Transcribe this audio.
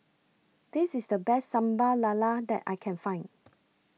This IS The Best Sambal Lala that I Can Find